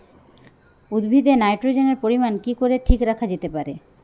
উদ্ভিদে নাইট্রোজেনের পরিমাণ কি করে ঠিক রাখা যেতে পারে?